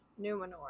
Numenor